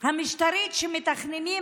המשטרית שמתכננים,